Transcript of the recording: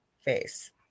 face